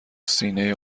سینه